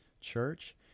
church